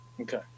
Okay